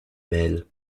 belle